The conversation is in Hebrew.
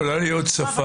יכולה להיות שפה